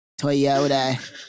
Toyota